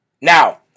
Now